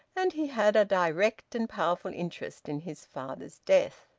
and he had a direct and powerful interest in his father's death.